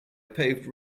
paved